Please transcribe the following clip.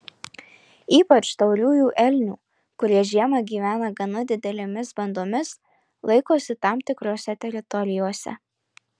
ypač tauriųjų elnių kurie žiemą gyvena gana didelėmis bandomis laikosi tam tikrose teritorijose